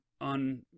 on